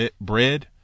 bread